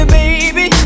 baby